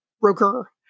broker